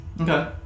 Okay